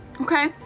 Okay